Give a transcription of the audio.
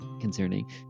concerning